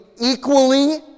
equally